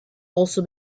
also